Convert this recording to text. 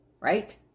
Right